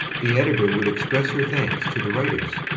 the editor would express her thanks to the writers,